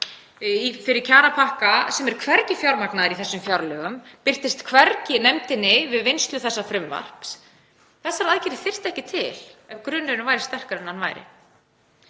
fyrir kjarapakka sem er hvergi fjármagnaður í þessu frumvarpi, birtist hvergi í nefndinni við vinnslu þess — þessar aðgerðir þyrfti ekki til ef grunnurinn væri sterkari en hann væri.